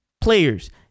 players